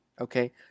Okay